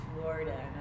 Florida